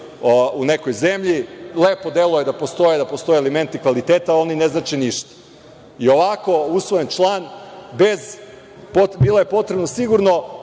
u nekoj zemlji. Lepo deluje da postoje elementi kvaliteta, ovde ne znači ništa. Ovako usvojen član bez, a bilo je potrebno sigurno